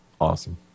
Awesome